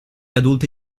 adulti